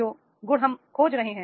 जो गुण हम खोज रहे हैं